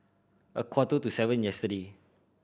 a quarter to seven yesterday